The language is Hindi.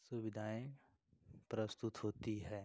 सुविधाएँ प्रस्तुत होती हैं